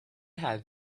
had